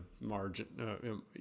margin